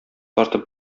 тартып